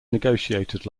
negotiated